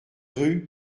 rue